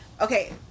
Okay